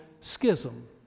schism